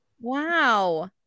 Wow